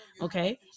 Okay